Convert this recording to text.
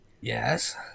Yes